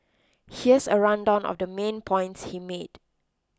here's a rundown of the main points he made